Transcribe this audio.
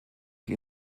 die